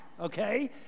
okay